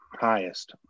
highest